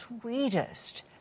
sweetest